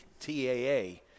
TAA